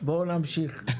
בואו נמשיך.